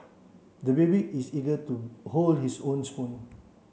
the baby is eager to hold his own spoon